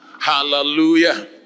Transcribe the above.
Hallelujah